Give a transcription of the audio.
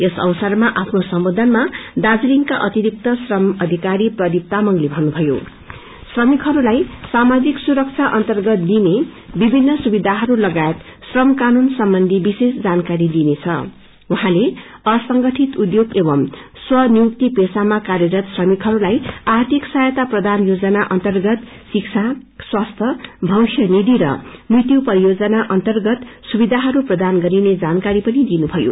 यस अवसरमा आफ्नो सम्बोधनमाा दार्जीलिङका अतिरिक्त श्रम अधिकरी प्रदीप ातामंगले भन्नुभयो श्रमिकहरूका सामाजिक सुरक्षा अर्न्तात दिइने विभिन सुविधाहरू श्रम कानून सम्बन्ची विशेष जानकारी दिइनेछं उहाँले असंगठित उध्योग एवम् स्व नियुक्ती पेशामा कार्यरत श्रमिकहरूलाई आर्थिक सहायता प्रदान योजना अन्नगत शिक्षा स्वास्थ्य भविष्यनिधि र मृत्यु परियोजना अर्न्तगत सुविधाहरू प्रदान गरिने जानकारी पनि दिनुभयो